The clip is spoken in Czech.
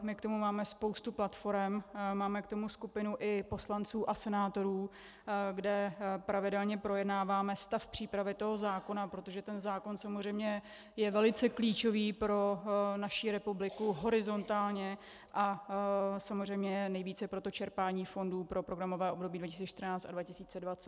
My k tomu máme spoustu platforem, máme k tomu skupinu i poslanců a senátorů, kde pravidelně projednáváme stav přípravy zákona, protože ten zákon samozřejmě je velice klíčový pro naši republiku horizontálně a samozřejmě nejvíce pro čerpání fondů pro programové období 2014 až 2020.